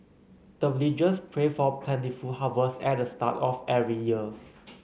the villagers pray for plentiful harvest at the start of every year